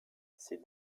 ces